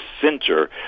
center